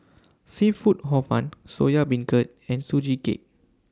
Seafood Hor Fun Soya Beancurd and Sugee Cake